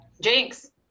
Jinx